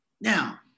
Now